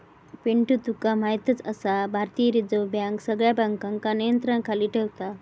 पिंटू तुका म्हायतच आसा, भारतीय रिझर्व बँक सगळ्या बँकांका नियंत्रणाखाली ठेवता